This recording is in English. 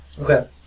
Okay